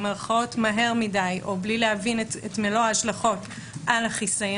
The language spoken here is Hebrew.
או מעורב בביצוע העבירה שממנה נפגע הקטין וחסר